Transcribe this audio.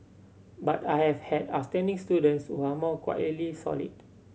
but I have had outstanding students who are more quietly solid